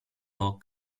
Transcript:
hoc